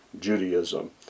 Judaism